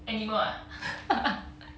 animal ah